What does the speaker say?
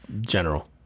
general